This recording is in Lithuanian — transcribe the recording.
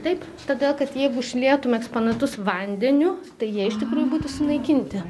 taip tada kad jeigu užlietum eksponatus vandeniu tai jie iš tikrųjų būtų sunaikinti